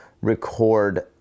record